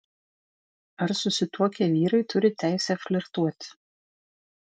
ar susituokę vyrai turi teisę flirtuoti